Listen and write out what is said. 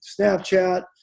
Snapchat